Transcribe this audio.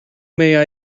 may